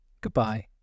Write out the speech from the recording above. Goodbye